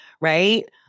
right